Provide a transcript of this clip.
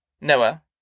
Noah